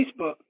Facebook